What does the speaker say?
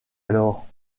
alors